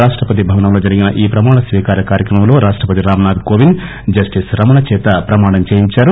రాష్టపతి భవనంలో జరిగిన ఈ ప్రమాణ స్వీకార కార్యక్రమంలో రాష్రపతి రాంనాథ్ కోవింద్ జస్టిస్ రమణ చేత ప్రమాణం చేయించారు